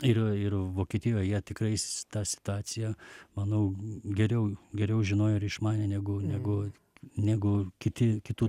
ir ir vokietijoj jie tikrai tą situaciją manau geriau geriau žinojo ir išmanė negu negu negu kiti kitų